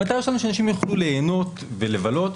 המטרה שלנו שהאנשים יוכלו ליהנות ולבלות,